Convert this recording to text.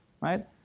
right